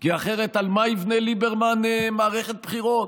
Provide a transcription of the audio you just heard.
כי אחרת, על מה יבנה ליברמן מערכת בחירות?